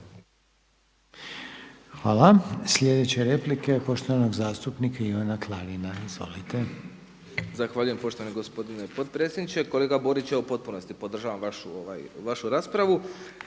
Hvala. Sljedeća replika je poštovanog zastupnika Ivana Klarina. Izvolite. **Klarin, Ivan (SDP)** Zahvaljujem poštovani gospodine potpredsjedniče. Kolega Borić ja u potpunosti podržavam vašu raspravu.